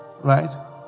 Right